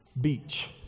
beach